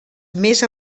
més